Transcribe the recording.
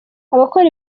abakora